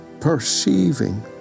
perceiving